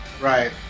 Right